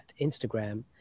Instagram